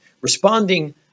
responding